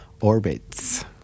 Orbits